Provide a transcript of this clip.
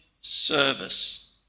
service